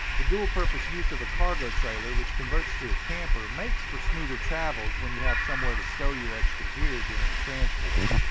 the dual purpose use of a cargo trailer, which converts to a camper, makes for smoother travels when you have somewhere to stow your extra gear during transport.